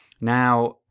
Now